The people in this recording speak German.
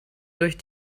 durch